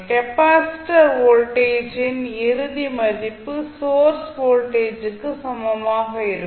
capacitor வோல்டேஜின் இறுதி மதிப்பு சோர்ஸ் வோல்டேஜ் க்கு சமமாக இருக்கும்